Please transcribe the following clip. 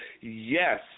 yes